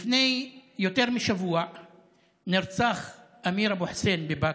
לפני יותר משבוע נרצח אמיר אבו חוסיין בבאקה.